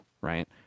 right